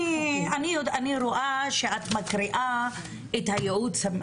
אני רואה שאת מקריאה את הייעוץ,